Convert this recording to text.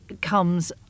Comes